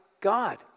God